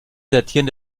datieren